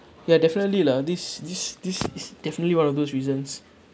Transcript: ya definitely lah this this this is definitely one of those reasons